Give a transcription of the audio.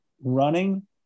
running